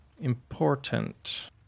important